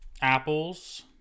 Apples